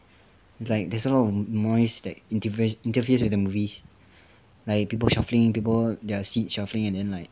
like there's a lot of noise that inte~ inteferes with the movies like people shuffling people their seat shuffling and then like